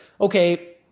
okay